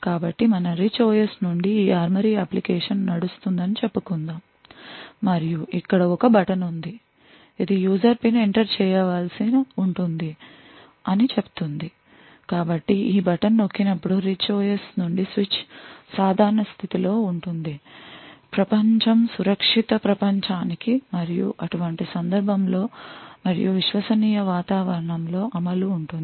కాబట్టి మన rich OS నుండి ఈ ARMORY అప్లికేషన్ నడుస్తుందని చెప్పుకుందాం మరియు ఇక్కడ ఒక బటన్ ఉంది ఇది యూజర్ పిన్ ఎంటర్ చేయవలసి ఉంటుందని చెప్తుంది కాబట్టి ఈ బటన్ నొక్కినప్పుడు రిచ్ OS నుండి స్విచ్ సాధారణ స్థితిలో ఉంటుంది ప్రపంచం సురక్షిత ప్రపంచానికి మరియు అటువంటి సందర్భంలో మరియు విశ్వసనీయ వాతావరణంలో అమలు ఉంటుంది